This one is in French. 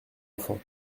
enfant